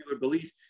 belief